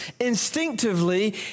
instinctively